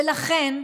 ולכן,